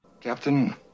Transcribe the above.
Captain